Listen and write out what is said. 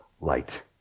light